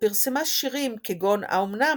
ופרסמה שירים, כגון "האמנם"